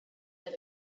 that